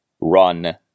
run